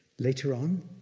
later on,